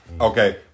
Okay